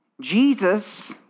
Jesus